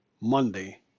Monday